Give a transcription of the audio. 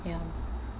ya